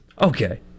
Okay